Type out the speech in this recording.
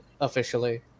officially